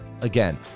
Again